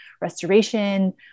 restoration